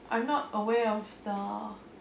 I am not aware of the